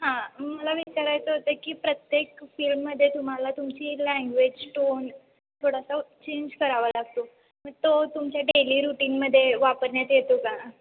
हां मला विचारायचं होतं की प्रत्येक फील्डमध्ये तुम्हाला तुमची लँग्वेज टोन थोडासा चेंज करावा लागतो मग तो तुमचे डेली रूटीनमध्ये वापरण्यात येतो का